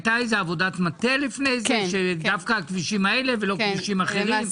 הייתה איזו עבודת מטה לפני כן למה דווקא הכבישים האלה ולא כבישים אחרים?